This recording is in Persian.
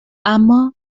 اما